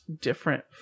different